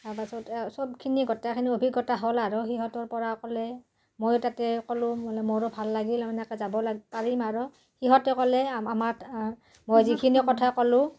তাৰপাছত চবখিনি গোটেইখিনি অভিজ্ঞতা হ'ল আৰু সিহঁতৰ পৰা ক'লে ময়ো তাতে ক'লোঁ মানে মোৰো ভাল লাগিল এনেকে যাব লাগ পাৰিম আৰু সিহঁতে ক'লে আমাৰ মই যিখিনি কথা ক'লোঁ